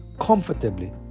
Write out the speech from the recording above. comfortably